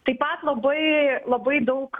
taip pat labai labai daug